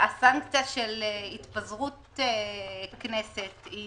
הסנקציה של התפזרות כנסת היא